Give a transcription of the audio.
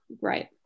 right